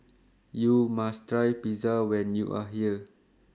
YOU must Try Pizza when YOU Are here